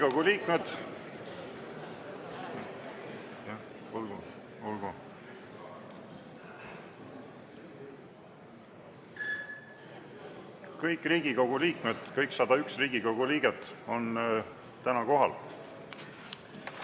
kõik 101 Riigikogu liiget on täna kohal.